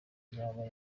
yaba